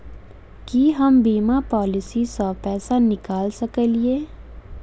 की हम बीमा पॉलिसी सऽ पैसा निकाल सकलिये?